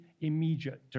immediate